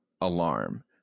alarm